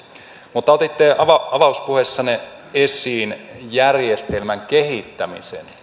mutta otitte avauspuheessanne esiin järjestelmän kehittämisen